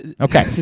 okay